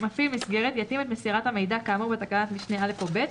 מפעיל מסגרת יתאים את מסירת המידע כאמור בתקנות משנה (א) או (ב),